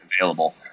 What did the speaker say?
available